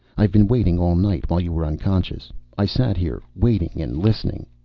i've been waiting all night. while you were unconscious i sat here, waiting and listening.